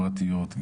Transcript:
רחבתו ומשמר הכנסת,